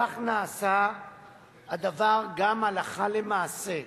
כך נעשה הדבר גם הלכה למעשה,